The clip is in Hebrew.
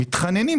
מתחננים.